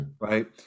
right